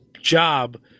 job